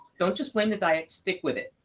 don't just blame the diet. stick with it.